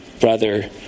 brother